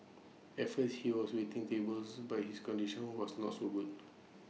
at first he was waiting tables but his coordination was not so good